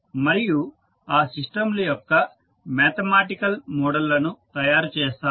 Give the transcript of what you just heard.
మరియు ఆ సిస్టంల యొక్క మ్యాథమెటికల్ మోడల్ లను తయారు చేస్తాము